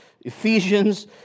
Ephesians